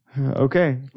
Okay